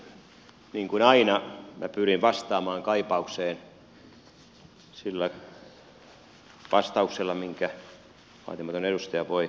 niin kuin aina minä pyrin vastaamaan kaipaukseen sillä vastauksella minkä vaatimaton edustaja voi aina antaa